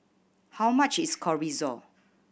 how much is Chorizo